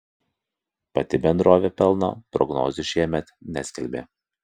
pati bendrovė pelno prognozių šiemet neskelbė